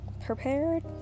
prepared